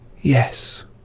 Yes